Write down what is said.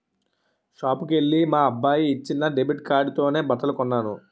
షాపుకెల్లి మా అబ్బాయి ఇచ్చిన డెబిట్ కార్డుతోనే బట్టలు కొన్నాను